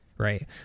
right